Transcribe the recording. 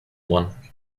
one